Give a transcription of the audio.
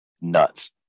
Nuts